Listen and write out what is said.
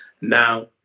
Now